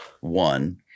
one